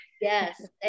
Yes